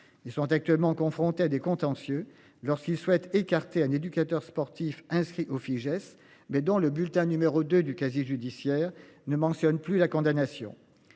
Ils sont actuellement confrontés à des contentieux lorsqu'il souhaite, écarter un éducateur sportif inscrit au Fijais mais dont le bulletin numéro 2 du casier judiciaire ne mentionne plus la condamnation